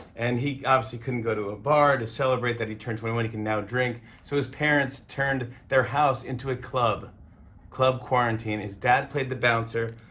and he obviously couldn't go to a bar to celebrate that he turned twenty one, he can now drink. so his parents turned their house into a club club quarantine. his dad played the bouncer,